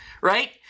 right